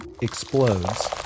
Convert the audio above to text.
explodes